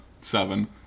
seven